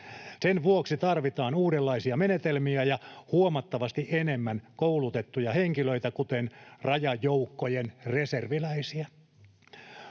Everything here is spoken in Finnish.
Sen vuoksi tarvitaan uudenlaisia menetelmiä ja huomattavasti enemmän koulutettuja henkilöitä, kuten rajajoukkojen reserviläisiä.